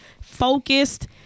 focused